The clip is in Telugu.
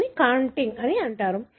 దీనిని కాంటిగ్ అంటారు